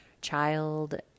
child